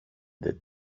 det